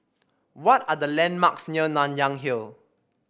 what are the landmarks near Nanyang Hill